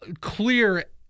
clear